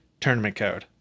tournamentcode